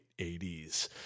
80s